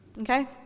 Okay